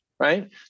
right